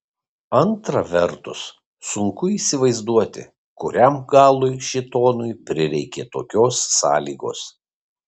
antra vertus sunku įsivaizduoti kuriam galui šėtonui prireikė tokios sąlygos